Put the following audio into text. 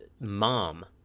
Mom